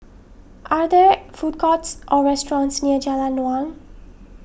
are there food courts or restaurants near Jalan Naung